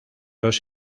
los